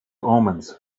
omens